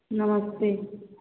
नमस्ते